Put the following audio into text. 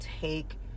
take